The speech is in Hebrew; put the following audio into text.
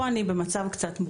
פה אני במצב קצת מורכב.